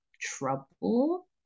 trouble